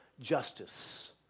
justice